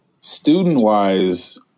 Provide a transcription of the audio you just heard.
student-wise